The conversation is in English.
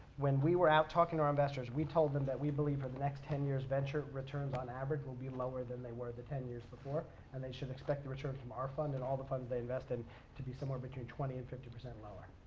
when we were out talking to our investors, we told them that we believe for the next ten years venture returns on average will be lower than they were the ten years before and they should expect the return from our fund and all the funds they invest in to be somewhere between twenty percent and fifty percent lower.